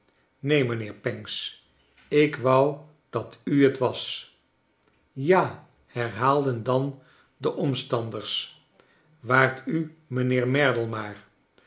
neen mijnheer pancks ik wou dat u het was ja herhaalden dan de omstanders waart u mijnheer merdle